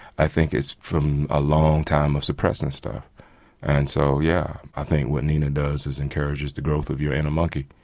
i think it's from a long time of suppressing stuff and so, yeah, i think what nina does is encourages the growth of your inner monkey.